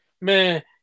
man